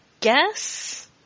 guess